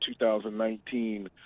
2019